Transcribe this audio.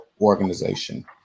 Organization